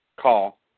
call